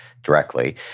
directly